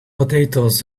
potatoes